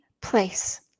place